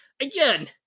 again